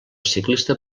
ciclista